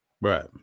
Right